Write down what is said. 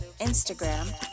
Instagram